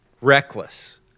reckless